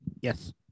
Yes